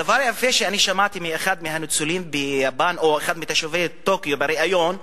דבר יפה שמעתי מאחד מתושבי טוקיו בריאיון,